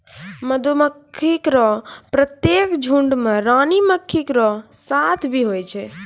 मधुमक्खी केरो प्रत्येक झुंड में रानी मक्खी केरो साथ भी होय छै